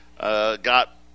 got